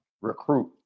Recruit